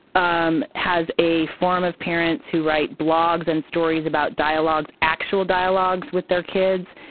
um has a forum of parents who write blogs and stories about dialogues actual dialogues with their kids.